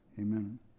Amen